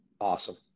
Awesome